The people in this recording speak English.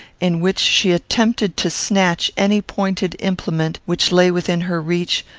in which she attempted to snatch any pointed implement which lay within her reach,